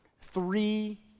three